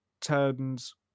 turns